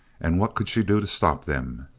and what could she do to stop them?